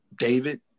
David